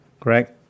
correct